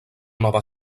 nova